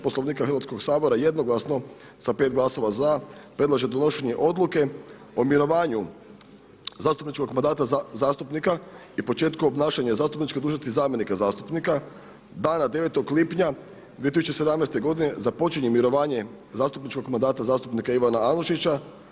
Poslovnika Hrvatskog sabora jednoglasno s 5 glasova za predlaže donošenje odluke o mirovanju zastupničkog mandata zastupnika i početku obnašanja zastupničke dužnosti zamjenika zastupnika dana 9. lipnja 2017. godine započinje mirovanje zastupničkog mandata zastupnika Ivana Anušića.